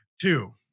Two